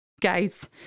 guys